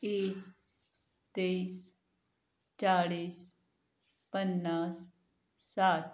वीस तेवीस चाळीस पन्नास साठ